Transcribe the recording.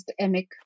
emic